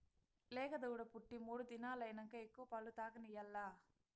లేగదూడ పుట్టి మూడు దినాలైనంక ఎక్కువ పాలు తాగనియాల్ల